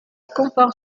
compare